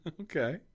Okay